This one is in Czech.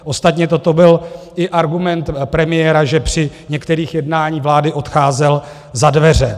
Ostatně toto byl i argument premiéra, že při některých jednání vlády odcházel za dveře.